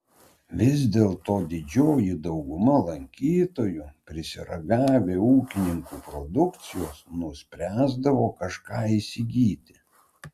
vis dėlto didžioji dauguma lankytojų prisiragavę ūkininkų produkcijos nuspręsdavo kažką įsigyti